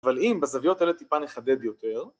‫אבל אם בזוויות אלה טיפה נחדד יותר...